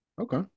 Okay